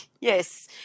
Yes